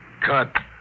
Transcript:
Cut